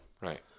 Right